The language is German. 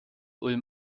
ulm